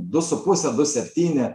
du su puse du septyni